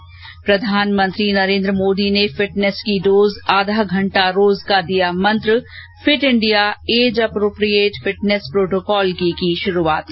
्र प्रधानमंत्री नरेन्द्र मोदी ने फिटनेस की डोज आधा घंटा रोज का दिया मंत्र fit India age appropriate fitness protocol की शुरूआत की